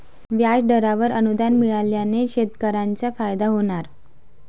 व्याजदरावर अनुदान मिळाल्याने शेतकऱ्यांना फायदा होणार